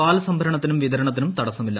പാൽ സംഭരണത്തിനും വിതരണത്തിനും തടസ്സമില്ല